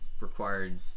required